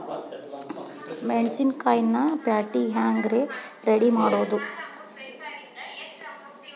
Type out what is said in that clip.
ಮೆಣಸಿನಕಾಯಿನ ಪ್ಯಾಟಿಗೆ ಹ್ಯಾಂಗ್ ರೇ ರೆಡಿಮಾಡೋದು?